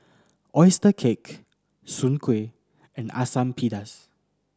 oyster cake Soon Kueh and Asam Pedas